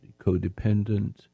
codependent